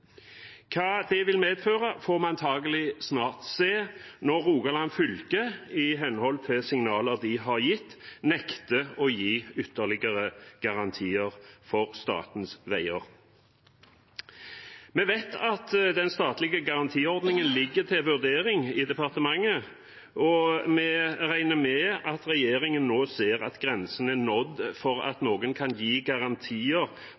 Hva det vil medføre, får vi antagelig snart se når Rogaland fylke, i henhold til signaler de har gitt, nekter å gi ytterligere garantier for statens veier. Vi vet at den statlige garantiordningen ligger til vurdering i departementet, og vi regner med at regjeringen nå ser at grensen er nådd for at noen kan gi garantier